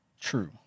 true